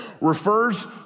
refers